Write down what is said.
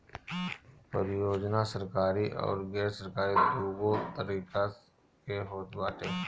परियोजना सरकारी अउरी गैर सरकारी दूनो तरही के होत बाटे